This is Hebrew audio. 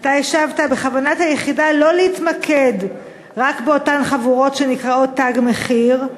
אתה השבת: "בכוונת היחידה לא להתמקד רק באותן חבורות שנקראות 'תג מחיר',